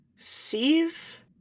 Sieve